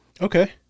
Okay